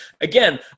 again